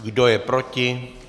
Kdo je proti?